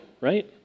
right